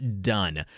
done